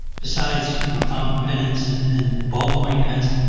besides you know, fountain pens and and ball point pens.